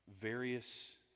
various